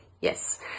Yes